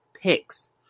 picks